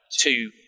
two